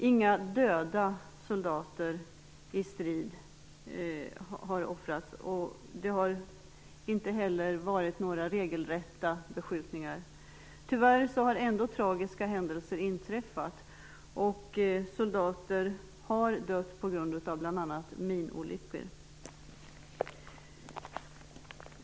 Inga soldaters liv har offrats i strid. Det har inte heller förekommit några regelrätta beskjutningar. Tyvärr har ändå tragiska händelser inträffat. Soldater har dött på grund av bl.a. minolyckor.